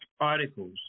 articles